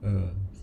ah